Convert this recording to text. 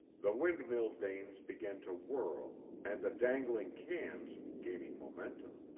the windmill vanes began to whirl and the dangling cans, gaining momentum,